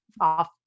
off